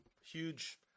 huge